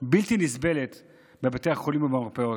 בלתי נסבלת בבתי החולים ובמרפאות.